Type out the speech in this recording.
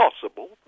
possible